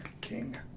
king